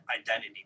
identity